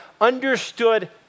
understood